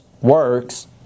works